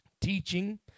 teaching